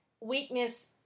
weakness